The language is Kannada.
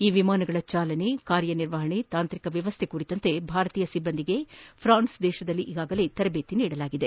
ಈ ವಿಮಾನಗಳ ಚಾಲನೆ ಕಾರ್ಯ ನಿರ್ವಹಣೆ ತಾಂತ್ರಿಕ ವ್ಯವಸ್ಥೆ ಕುರಿತು ಭಾರತೀಯ ಸಿಬ್ಬಂದಿಗೆ ಪ್ರಾನ್ಸ್ನಲ್ಲಿ ಈಗಾಗಲೆ ತರಬೇತಿ ನೀಡಲಾಗಿದೆ